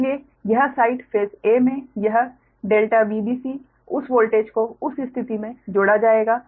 इसलिए यह side face 'a' मे यह ∆Vbc उस वोल्टेज को उस स्थिति में जोड़ा जाएगा